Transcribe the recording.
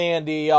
Andy